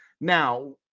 Now